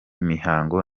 mihango